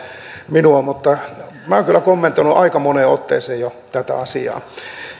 minua mutta minä olen kyllä kommentoinut jo aika moneen otteeseen tätä asiaa